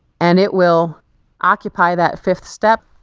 and it will occupy that fifth step.